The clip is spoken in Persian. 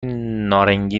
نارنگی